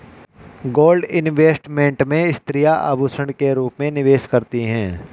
gold investment में स्त्रियां आभूषण के रूप में निवेश करती हैं